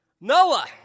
Noah